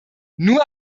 nur